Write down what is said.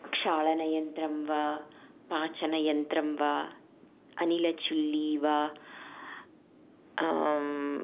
क्षालनयन्त्रं वा पाचनयन्त्रं वा अनिलछुल्ली वा